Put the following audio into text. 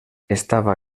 estava